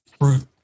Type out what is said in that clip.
fruit